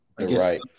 Right